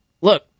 look